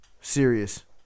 serious